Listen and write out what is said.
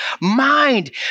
mind